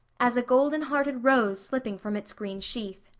as a golden-hearted rose slipping from its green sheath.